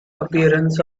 appearance